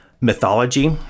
mythology